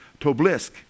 Toblisk